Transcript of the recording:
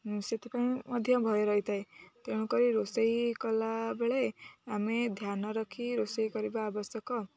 ସେଥିପାଇଁ ମଧ୍ୟ ଭୟ ରହିଥାଏ ତେଣୁକରି ରୋଷେଇ କଲାବେଳେ ଆମେ ଧ୍ୟାନ ରଖି ରୋଷେଇ କରିବା ଆବଶ୍ୟକ